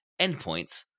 endpoints